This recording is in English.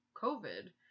COVID